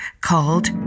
called